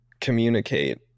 communicate